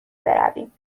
برویم